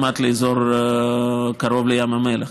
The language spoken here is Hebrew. כמעט האזור שקרוב לים המלח.